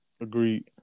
Agreed